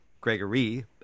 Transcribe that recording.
Gregory